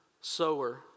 sower